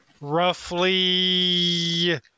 roughly